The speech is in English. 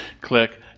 Click